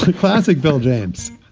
classic bill james.